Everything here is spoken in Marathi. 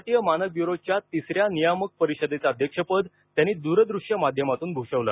भारतीय मानक ब्युरोच्या तिसऱ्या नियामक परिषदेचं अध्यक्षपद त्यांनी दूरदृश्य माध्यमातून भूषवलं